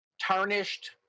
tarnished